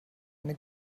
eine